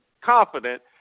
confident